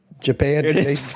japan